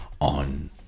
on